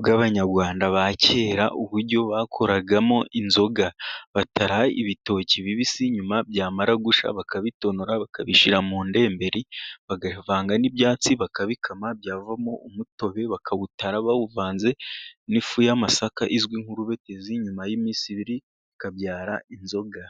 bw'abanyarwanda ba kera, uburyo bakoragamo inzoga bataraga ibitoki bibisi nyuma byamara gushya bakabitonora bakabishyira mu ndemberi, bavangaga n'ibyatsi bakabikama byavamo umutobe bakawutara bawuvanze n'ifu y'amasaka izwi nk'urubetizi, nyuma y'iminsi ibiri bikabyara inzoga.